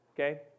okay